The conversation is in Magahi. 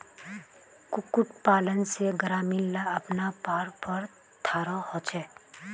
कुक्कुट पालन से ग्रामीण ला अपना पावँ पोर थारो होचे